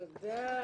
תודה.